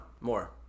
more